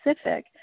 specific